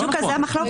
בדיוק על זה המחלוקת.